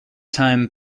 time